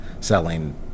selling